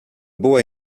boy